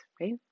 right